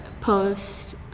post